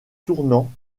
tournant